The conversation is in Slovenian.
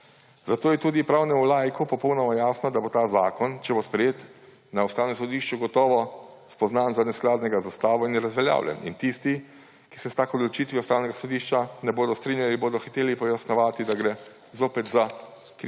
Zato je tudi pravnemu laiku popolnoma jasno, da bo ta zakon, če bo sprejet, na Ustavnem sodišču gotovo spoznan za neskladnega z Ustavo in razveljavljen. In tisti, ki se s tako odločitvijo Ustavnega sodišča ne bodo strinjali, bodo hiteli pojasnjevati, da gre zopet za